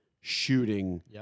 shooting